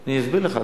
אני אסביר לך,